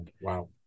Wow